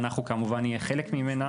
ואנחנו כמובן נהיה חלק ממנה